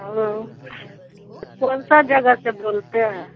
hello तो कौन सा जगह से बोलते हैं